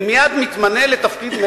מייד מתמנה לתפקיד,